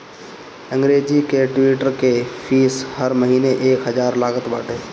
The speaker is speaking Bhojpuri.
अंग्रेजी के ट्विटर के फ़ीस हर महिना एक हजार लागत बाटे